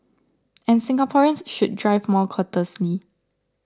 and Singaporeans should drive more courteously